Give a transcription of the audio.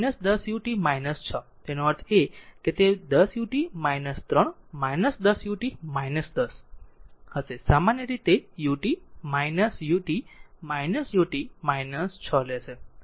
આ એક 10 ut 6 તેનો અર્થ છે કે તે 10 ut 3 10 ut 10 હશે સામાન્ય ut ut ut 6લેશે